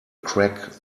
crack